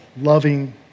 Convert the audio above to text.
loving